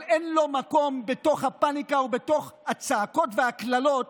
אבל אין לו מקום בתוך הפניקה או בתוך הצעקות והקללות